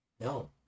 No